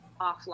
offline